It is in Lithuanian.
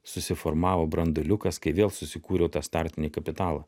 susiformavo branduoliukas kai vėl susikūriau tą startinį kapitalą